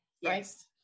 Yes